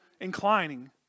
Inclining